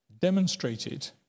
demonstrated